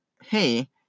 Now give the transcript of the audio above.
hey